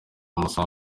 amasaha